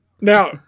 Now